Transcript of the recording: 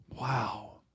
Wow